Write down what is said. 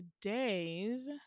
today's